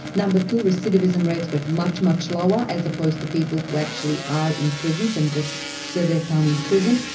number two, recidivism rates went much, much lower, as opposed to people who actually are in prisons, and just serve their time in prison,